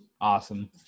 Awesome